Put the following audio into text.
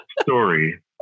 story